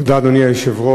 תודה, אדוני היושב-ראש.